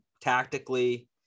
tactically